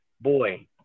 Boy